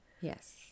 Yes